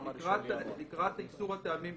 לקראת איסור הטעמים,